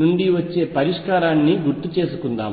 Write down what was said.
నుండి వచ్చే పరిష్కారాన్ని గుర్తు చేసుకుందాం